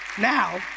Now